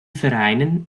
vereinen